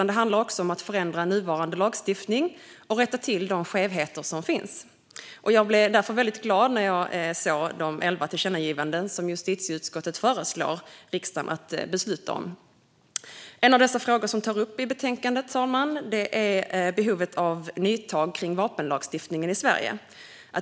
Det handlar också om att förändra nuvarande lagstiftning och rätta till de skevheter som finns. Jag blev därför väldigt glad när jag såg de elva tillkännagivanden som justitieutskottet föreslår riksdagen att besluta om. En av de frågor som tas upp i betänkandet är behovet av nytag om vapenlagstiftningen i Sverige, fru talman.